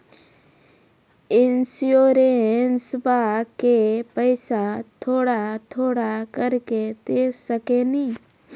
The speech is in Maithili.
इंश्योरेंसबा के पैसा थोड़ा थोड़ा करके दे सकेनी?